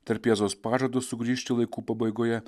tarp jėzaus pažado sugrįžti laikų pabaigoje